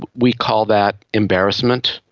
we call that embarrassment.